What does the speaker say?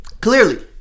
clearly